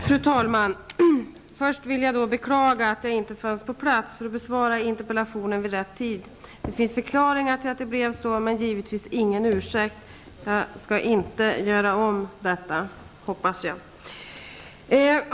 Fru talman! Först vill jag beklaga att jag inte fanns på plats för att besvara interpellationen vid rätt tidpunkt. Det finns förklaringar till att det blev så men givetvis ingen ursäkt. Jag skall inte göra om detta, hoppas jag.